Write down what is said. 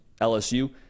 LSU